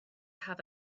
have